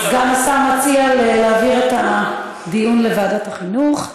סגן השר מציע להעביר את הדיון לוועדת החינוך.